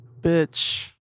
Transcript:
Bitch